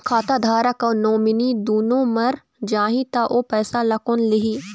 खाता धारक अऊ नोमिनि दुनों मर जाही ता ओ पैसा ला कोन लिही?